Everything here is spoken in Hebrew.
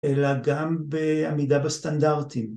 ‫אלא גם בעמידה בסטנדרטים.